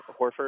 Horford